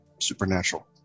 Supernatural